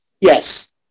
Yes